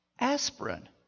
Aspirin